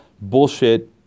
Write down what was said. bullshit